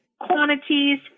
Quantities